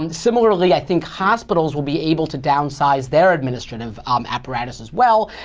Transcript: um similarly, i think hospitals will be able to downsize their administrative um apparatus as well.